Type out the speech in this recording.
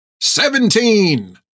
Seventeen